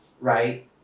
right